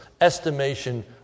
estimation